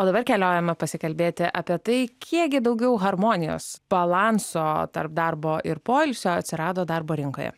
o dabar keliaujame pasikalbėti apie tai kiekgi daugiau harmonijos balanso tarp darbo ir poilsio atsirado darbo rinkoje